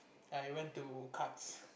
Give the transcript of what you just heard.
I went to cards